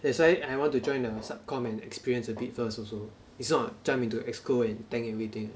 that's why I want to join the sub comm and experience a bit first also it's not jump into EXCO and tank everything